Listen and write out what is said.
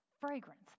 Fragrance